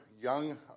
young